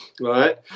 right